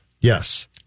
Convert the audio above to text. Yes